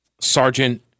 Sergeant